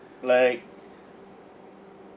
like